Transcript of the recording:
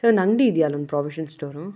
sir ನಂದಿ ಇದೆಯಾ ಅಲ್ಲೊಂದು ಪ್ರೊವಿಶನ್ ಸ್ಟೋರು